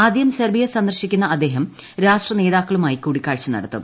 ആദ്യം സെർബിയ സന്ദർശിക്കുന്ന അദ്ദേഹം രാഷ്ട്ര നേതാക്കളുമായി കൂടിക്കാഴ്ച നടത്തും